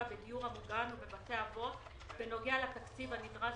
בדיור המוגן ובבתי האבות בנוגע לתקציב הנדרש